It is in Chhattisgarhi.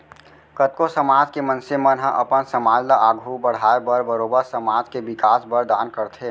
कतको समाज के मनसे मन ह अपन समाज ल आघू बड़हाय बर बरोबर समाज के बिकास बर दान करथे